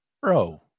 bro